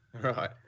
Right